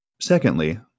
Secondly